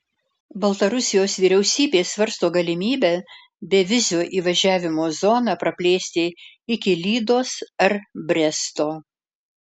baltarusijos vyriausybė svarsto galimybę bevizio įvažiavimo zoną praplėsti iki lydos ar bresto